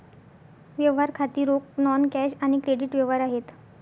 व्यवहार खाती रोख, नॉन कॅश आणि क्रेडिट व्यवहार आहेत